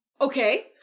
Okay